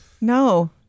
No